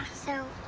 so,